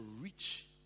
reach